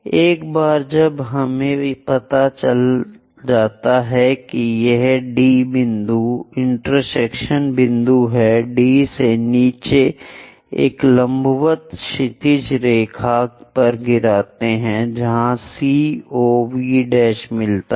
एक बार जब हमें पता चल जाता है कि यह D बिंदु इंटरसेक्शन बिंदु है D से नीचे एक लंबवत क्षैतिज रेखा पर गिरते है जहां COV' मिलता है